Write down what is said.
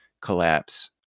collapse